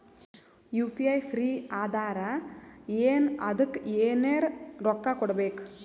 UPI free ಅದಾರಾ ಏನ ಅದಕ್ಕ ಎನೆರ ರೊಕ್ಕ ಕೊಡಬೇಕ?